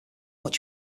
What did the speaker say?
much